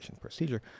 procedure